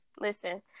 Listen